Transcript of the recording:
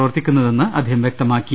പ്രവർത്തിക്കുന്നതെന്ന് അദ്ദേഹം വൃക്തമാക്കി